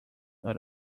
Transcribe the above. not